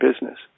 business